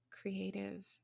creative